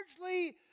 largely